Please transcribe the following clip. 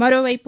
మరోవైపు